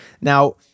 Now